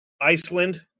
Iceland